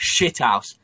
shithouse